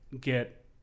get